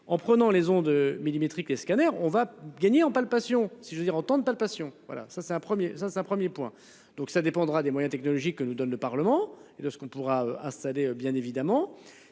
en prenant les ondes millimétriques les scanners. On va gagner on palpation. Si je veux dire entendent palpation. Voilà ça c'est un 1er. Ça c'est un 1er point donc ça dépendra des moyens technologiques que nous donne le Parlement et de ce qu'on pourra installer bien évidemment.